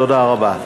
תודה רבה.